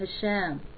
Hashem